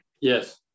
Yes